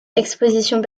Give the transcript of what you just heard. expositions